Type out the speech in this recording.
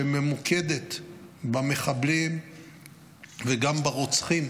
שממוקדת במחבלים וגם ברוצחים